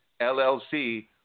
LLC